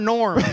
Norm